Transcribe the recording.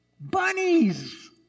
Bunnies